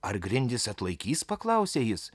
ar grindys atlaikys paklausė jis